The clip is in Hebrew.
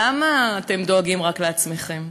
למה אתם דואגים רק לעצמכם?